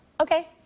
Okay